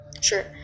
Sure